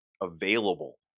available